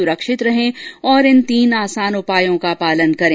स्रक्षित रहें और इन तीन आसान उपायों का पालन करें